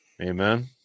Amen